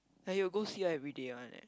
like he'll go see her everyday one eh